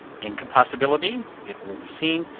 incompossibility, it will be seen,